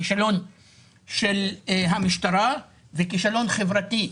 כישלון של המשטרה וכישלון חברתי,